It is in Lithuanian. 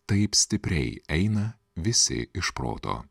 taip stipriai eina visai iš proto